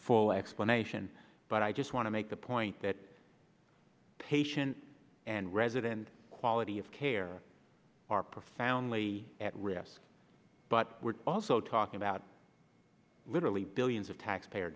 full explanation but i just want to make the point that patient and resident quality of care are profoundly at risk but we're also talking about literally billions of taxpayer